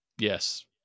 Yes